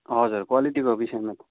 हजुर क्वलिटीको विषयमा त